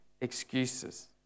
excuses